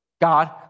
God